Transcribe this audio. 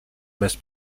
bez